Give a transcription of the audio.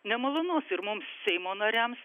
nemalonus ir mums seimo nariams